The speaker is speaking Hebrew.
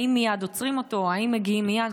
האם מייד עוצרים אותו, האם מגיעים מייד?